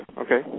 okay